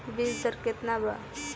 बीज दर केतना वा?